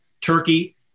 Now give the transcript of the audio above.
Turkey